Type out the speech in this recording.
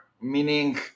meaning